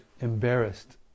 embarrassed